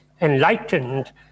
enlightened